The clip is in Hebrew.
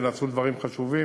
ונעשו דברים חשובים,